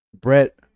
Brett